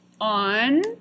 on